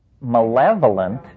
malevolent